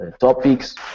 topics